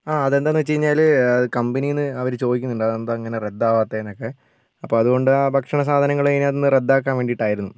ആ അതെന്താന്ന് വെച്ച് കഴിഞ്ഞാൽ കമ്പനിന്ന് അവർ ചോദിക്കുന്നുണ്ട് അതെന്താ ഇങ്ങനെ റദ്ദാവാത്തേന്നൊക്കെ അപ്പോൾ അതുകൊണ്ട് ആ ഭക്ഷണ സാധനങ്ങൾ ഇതിനകത്ത്ന്ന് റദ്ദാക്കാൻ വേണ്ടീട്ടായിരുന്നു